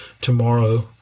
tomorrow